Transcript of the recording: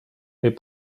est